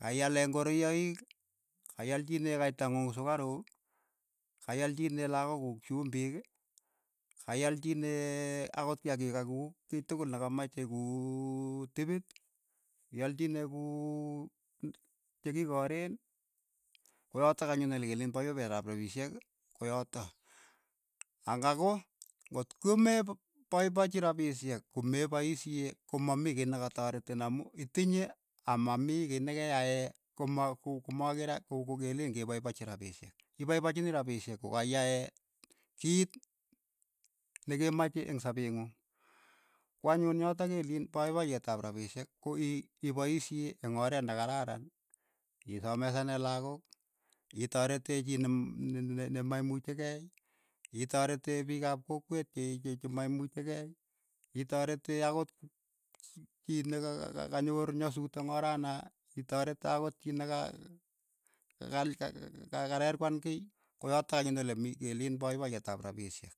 kaiyalee ngoroiyaik, kaialchinei kaita ng'ung sukaruk, kaialchinei lakok kuk chumbiik, kaialchinei akot kiakiik kakuuk kei tukul ne kamache kuu tipit, ialchinei kuu chekikoreen, koyatok anyun nekeleen paipayet ap rapishek ko yotok. ang ako ngotkomepaipachi rapishek kome paishee komamii kei ne kataretin amu itinye ama mii kei nekeyae ko ma ku komakere ko- ko keleen kepaipachi rapishek, kipaipachini rapishek kokaiyae kiit nekemache eng' sapeet ng'ung, ko anyun yotok ke leen poipoyeet ap rapishek ko ii- iipaishee eng' oreet ne kararan, kisomesane lakook, itaretee chii ne mm- mm maimuchikei, itoretee piik ap kokwet che- che chemaimuchi kei itoretee akot chii ne ka- ka kanyoor nyasuut eng' oranoo, itoretee akot chii ne ka- ka- ka karerwan kei, ko yotok anyun ole mii ke leen poipoyeet ap rapishek.